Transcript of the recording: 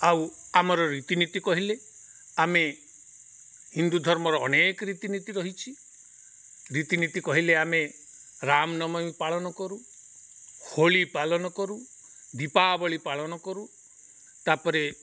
ଆଉ ଆମର ରୀତିନୀତି କହିଲେ ଆମେ ହିନ୍ଦୁ ଧର୍ମର ଅନେକ ରୀତିନୀତି ରହିଛି ରୀତିନୀତି କହିଲେ ଆମେ ରାମନବମୀ ପାଳନ କରୁ ହୋଲି ପାଳନ କରୁ ଦୀପାବଳି ପାଳନ କରୁ ତା'ପରେ